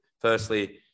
Firstly